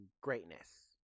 greatness